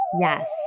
Yes